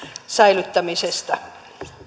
säilyttämisestä